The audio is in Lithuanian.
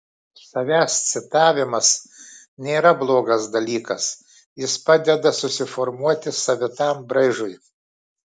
savęs citavimas nėra blogas dalykas jis padeda susiformuoti savitam braižui